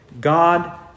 God